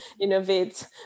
innovate